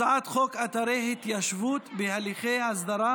הצעת חוק אתרי התיישבות בהליכי הסדרה,